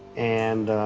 and,